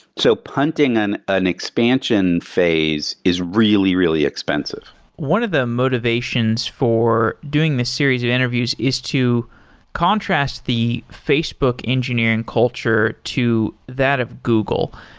so punting and an expansion phase is really, really expensive one of the motivations for doing this series of interviews is to contrast the facebook engineering culture to that of google.